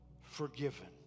forgiven